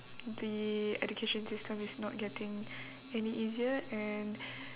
the education system is not getting any easier and